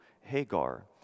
Hagar